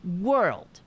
world